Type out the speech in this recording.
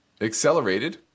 Accelerated